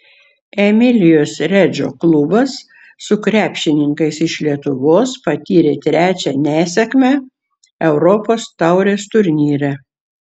emilijos redžo klubas su krepšininkais iš lietuvos patyrė trečią nesėkmę europos taurės turnyre